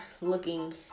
looking